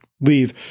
leave